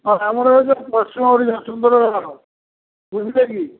ହଁ ଆମର ହେଉଛି ପଶ୍ଚିମ ଓଡ଼ିଶା ସୁନ୍ଦରଗଡ଼ ବୁଝିଲେ କି